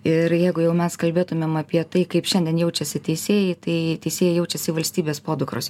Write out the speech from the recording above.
ir jeigu jau mes kalbėtumėm apie tai kaip šiandien jaučiasi teisėjai tai teisėjai jaučiasi valstybės podukros